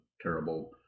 terrible